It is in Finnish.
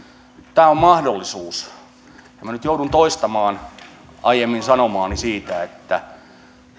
tämä on mahdollisuus ja minä nyt joudun toistamaan aiemmin sanomaani siitä että